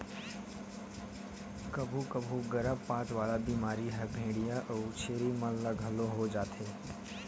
कभू कभू गरभपात वाला बेमारी ह भेंड़िया अउ छेरी मन ल घलो हो जाथे